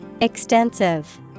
Extensive